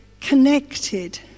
connected